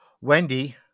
Wendy